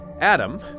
Adam